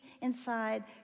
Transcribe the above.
inside